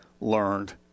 learned